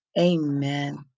Amen